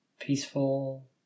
peaceful